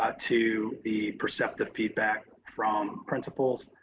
ah to the perceptive feedback from principals.